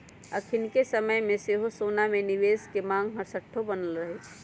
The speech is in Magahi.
अखनिके समय में सेहो सोना में निवेश के मांग हरसठ्ठो बनल रहै छइ